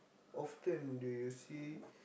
often do you see